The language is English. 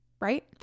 right